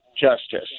justice